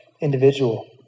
individual